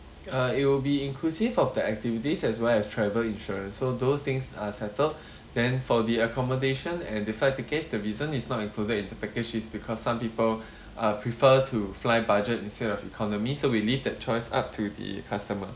uh it will be inclusive of the activities as well as travel insurance so those things are settled then for the accommodation and the flight tickets the reason is not included in the package is because some people uh prefer to fly budget instead of economy so we leave the choice up to the customer